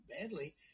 badly